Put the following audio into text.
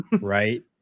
Right